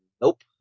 Nope